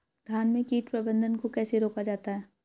धान में कीट प्रबंधन को कैसे रोका जाता है?